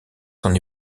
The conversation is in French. son